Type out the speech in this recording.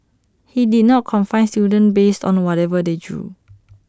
he did not confine students based on whatever they drew